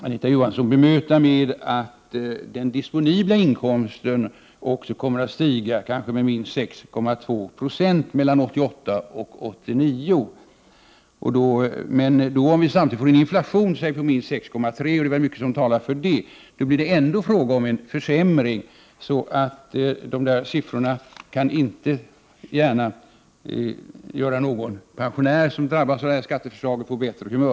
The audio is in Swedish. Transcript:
Anita Johansson ville försvara detta med att den disponibla inkomsten också kommer att stiga, kanske med minst 6,2 26 mellan 1988 och 1989. Om vi samtidigt får en inflation på t.ex. minst 6,3 76, och det är mycket som talar för detta, skulle det ändå bli fråga om en försämring. Därför kan de där siffrorna inte gärna göra någon pensionär som drabbas av skatteförslaget på bättre humör.